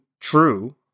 true